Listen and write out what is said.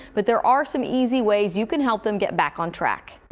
but there are some easy ways you can help them get back on track.